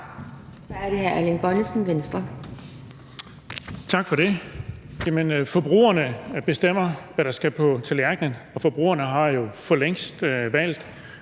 Kl. 12:08 Erling Bonnesen (V): Tak for det. Forbrugerne bestemmer, hvad der skal på tallerkenen, og forbrugerne har jo for længst valgt,